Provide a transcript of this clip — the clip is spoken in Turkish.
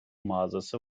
mağazası